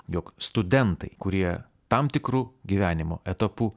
jog studentai kurie tam tikru gyvenimo etapu